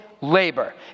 labor